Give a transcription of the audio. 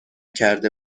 کرده